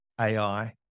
AI